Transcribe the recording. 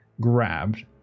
grabbed